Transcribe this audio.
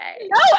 No